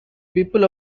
people